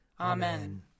Amen